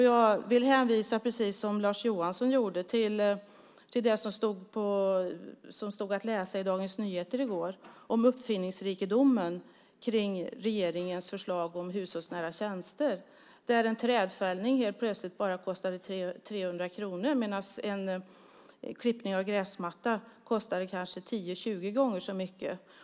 Jag vill precis som Lars Johansson hänvisa till det som stod att läsa i Dagens Nyheter i går om uppfinningsrikedomen när det gäller regeringens förslag om hushållsnära tjänster där en trädfällning helt plötsligt bara kostade 300 kronor medan en klippning av gräsmattan kostade kanske 10-20 gånger så mycket.